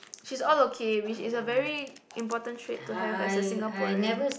she's all okay which is a very important trade to have as a Singaporean